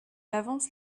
avance